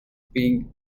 being